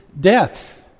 death